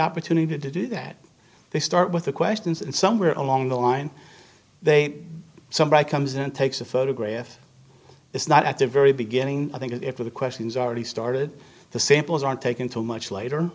opportunity to do that they start with the questions and somewhere along the line they somebody comes in and takes a photograph it's not at the very beginning i think if the questions already started the samples aren't taken too much later